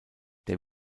der